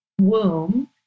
womb